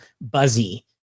buzzy